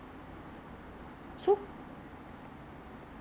like 看你多久啦有有 ah seven days the membership 有